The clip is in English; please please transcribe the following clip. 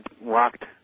walked